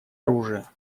оружия